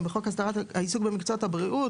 בחוק הסדרת העיסוק במקצועות הבריאות,